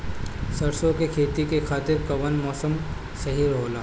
सरसो के खेती के खातिर कवन मौसम सही होला?